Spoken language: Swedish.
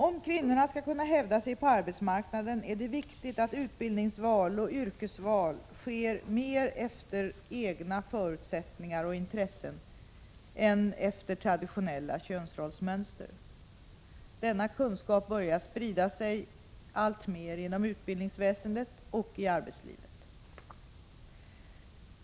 Om kvinnorna skall kunna hävda sig på arbetsmarknaden är det viktigt att utbildningsval och yrkesval sker mer efter egna förutsättningar och intressen än efter traditionella könsrollsmönster. Denna kunskap börjar alltmer sprida sig inom utbildningsväsendet och i arbetslivet.